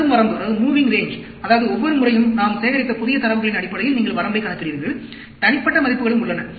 நகரும் வரம்பு அதாவது ஒவ்வொரு முறையும் நாம் சேகரித்த புதிய தரவுகளின் அடிப்படையில் நீங்கள் வரம்பைக் கணக்கிடுகிறீர்கள் தனிப்பட்ட மதிப்புகளும் உள்ளன